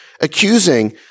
accusing